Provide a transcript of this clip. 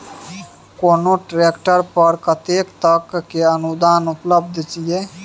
कोनो ट्रैक्टर पर कतेक तक के अनुदान उपलब्ध ये?